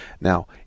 Now